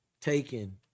taken